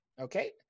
okay